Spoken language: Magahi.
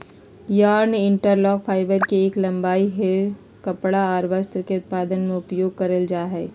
यार्न इंटरलॉक, फाइबर के एक लंबाई हय कपड़ा आर वस्त्र के उत्पादन में उपयोग करल जा हय